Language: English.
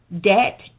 Debt